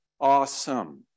awesome